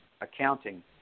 accounting